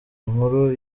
inkuru